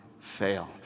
fail